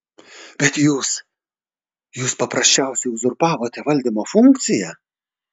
bet jūs jūs paprasčiausiai uzurpavote valdymo funkciją